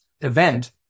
event